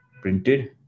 printed